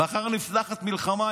מחר נפתחת מלחמה,